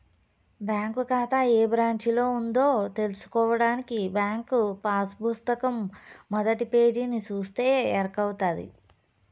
bank కాతా ఏ బ్రాంచిలో ఉందో తెల్సుకోడానికి బ్యాంకు పాసు పుస్తకం మొదటి పేజీని సూస్తే ఎరకవుతది